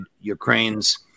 ukraine's